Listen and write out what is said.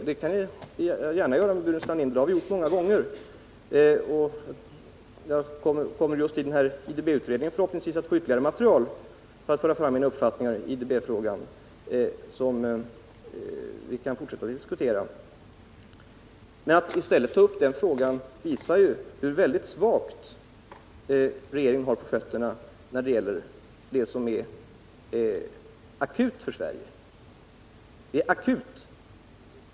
Jag diskuterar gärna den frågan med handelsministern; vi har diskuterat den många gånger, och i IDB-utredningen kommer jag förhoppningsvis att få ytterligare material som stöd för min uppfattning. Men att ta upp denna fråga just nu visar ju hur svagt rustad regeringen är i den fråga som är akut för Sverige.